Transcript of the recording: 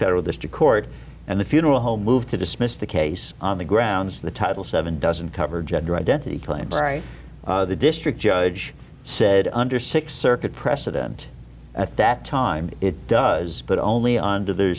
federal district court and the funeral home moved to dismiss the case on the grounds the title seven doesn't cover gender identity claims the district judge said under six circuit precedent at that time it does but only on to the